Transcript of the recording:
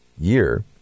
year